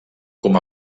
com